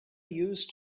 used